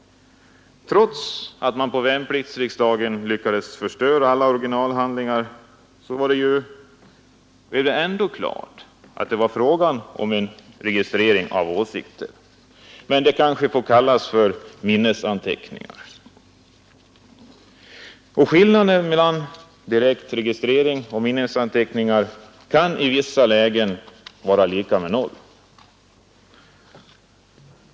Trots att man på värnpliktsriksdagen lyckades förstöra alla originalhandlingar blev det ändå klart att det var fråga om en registrering av åsikter. Men det kanske får kallas för minnesanteckningar! killnaden mellan direkt registrering och minnesanteckningar kan i vissa lägen vara lika med noll.